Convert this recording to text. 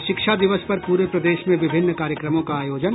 और शिक्षा दिवस पर पूरे प्रदेश में विभिन्न कार्यक्रमों का आयोजन